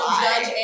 judge